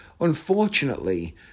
Unfortunately